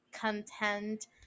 content